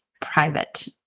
private